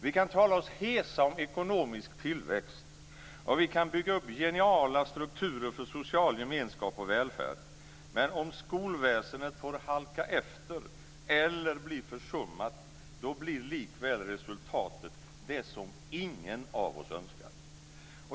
Vi kan tala oss hesa om ekonomisk tillväxt, och vi kan bygga upp geniala strukturer för social gemenskap och välfärd. Men om skolväsendet får halka efter eller bli försummat blir likväl resultatet det som ingen av oss önskar.